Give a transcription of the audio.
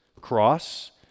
cross